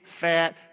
fat